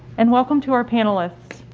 and welcome to our panelists.